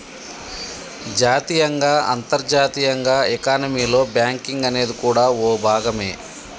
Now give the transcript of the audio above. జాతీయంగా అంతర్జాతీయంగా ఎకానమీలో బ్యాంకింగ్ అనేది కూడా ఓ భాగమే